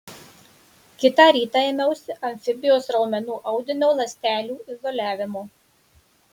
kitą rytą ėmiausi amfibijos raumenų audinio ląstelių izoliavimo